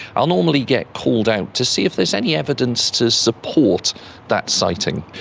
i'll normally get called out to see if there's any evidence to support that sighting.